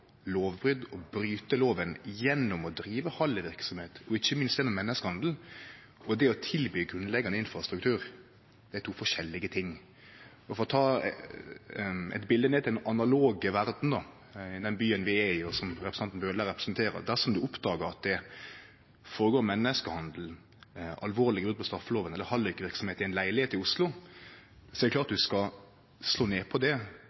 bryte loven gjennom å drive hallikverksemd, og ikkje minst gjennom menneskehandel, og det å tilby grunnleggjande infrastruktur – det er to forskjellige ting. For å ta eit bilete ned til den analoge verda i den byen vi er i, og som representanten Bøhler representerer: Dersom ein oppdagar at det føregår menneskehandel, alvorleg brot på straffeloven eller hallikverksemd i ei leilegheit i Oslo, er det klart at ein skal slå ned på det,